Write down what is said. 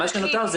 מה שנותר זה